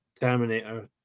Terminator